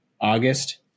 August